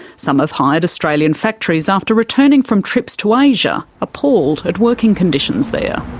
some have hired australian factories after returning from trips to asia, appalled at working conditions there.